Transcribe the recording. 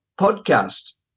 podcast –